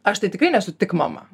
aš tai tikrai nesu tik mama